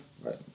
Right